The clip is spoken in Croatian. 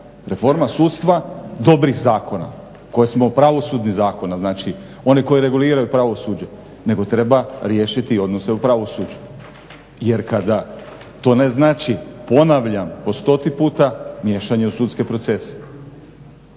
reforma sudstva dobrih zakona koje smo, pravosudnih zakona znači oni koji reguliraju pravosuđe nego treba riješiti odnose u pravosuđu. Jer kada to ne znači ponavljam po stoti puta miješanje u sudske procese.